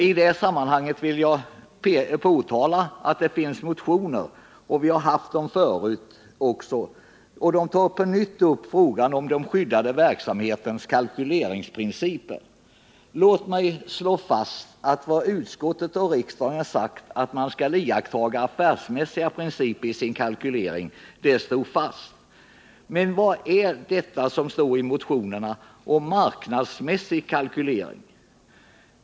I anslutning till de motioner som väckts och som på nytt tar upp frågan om den skyddade verksamhetens kalkyleringsprinciper vill jag understryka att utskottets och tidigare också riksdagens uttalande om att stiftelserna skall iaktta affärsmässiga principer i sin kalkylering står fast. Jag vill också fråga: Vad innebär det som sägs i motionerna om ”marknadsmässig” kalkylering?